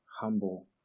humble